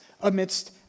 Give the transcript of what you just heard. amidst